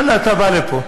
ואללה, אתה בא לפה,